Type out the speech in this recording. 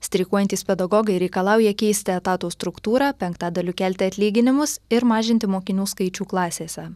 streikuojantys pedagogai reikalauja keisti etato struktūrą penktadaliu kelti atlyginimus ir mažinti mokinių skaičių klasėse